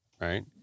right